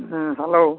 ᱦᱮᱸ ᱦᱮᱞᱳ